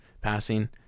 passing